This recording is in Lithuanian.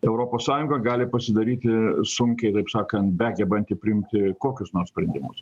europos sąjunga gali pasidaryti sunkiai taip sakant begebant priimti kokius nors sprendimus